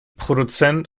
produzent